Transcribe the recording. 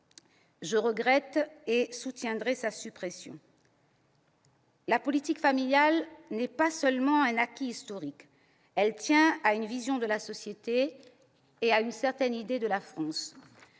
le regrette, et je soutiendrai la suppression de cet article. La politique familiale n'est pas seulement un acquis historique, elle tient aussi à une vision de la société et à une certaine idée de la France.